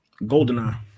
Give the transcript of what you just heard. Goldeneye